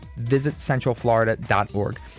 visitcentralflorida.org